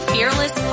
Fearless